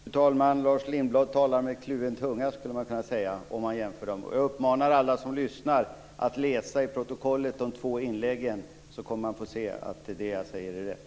Fru talman! Om man jämför dessa inlägg skulle man kunna säga att Lars Lindblad talar med kluven tunga. Jag uppmanar alla som lyssnar att läsa de två inläggen i protokollet. Då kommer man att få se att det jag säger är rätt.